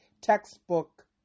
textbook